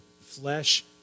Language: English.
flesh